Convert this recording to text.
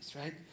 right